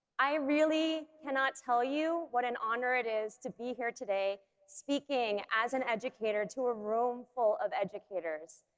i really cannot tell you what an honor it is to be here today speaking as an educator to a room full of educators.